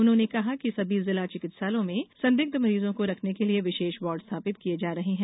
उन्होंने कहा कि सभी जिला चिकित्सालयों में संदिग्ध मरीजों को रखने के लिए विशेष वार्ड स्थापित किये जा रहे हैं